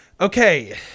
Okay